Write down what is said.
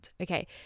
Okay